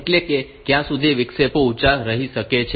એટલે કે ક્યાં સુધી વિક્ષેપો ઊંચા રહી શકે છે